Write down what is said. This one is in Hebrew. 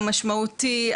המשמעותי,